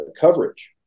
coverage